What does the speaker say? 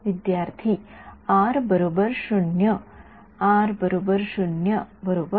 विद्यार्थी आर 0